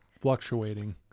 Fluctuating